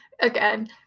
again